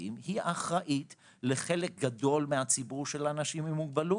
המשרדים הוא אחראי לחלק גדול מהציבור של אנשים עם מוגבלות,